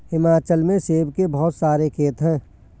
हिमाचल में सेब के बहुत सारे खेत हैं